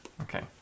Okay